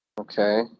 Okay